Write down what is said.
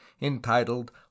entitled